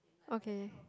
okay